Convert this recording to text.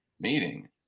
meeting